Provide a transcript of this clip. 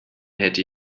hätte